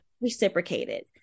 reciprocated